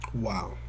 Wow